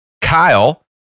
Kyle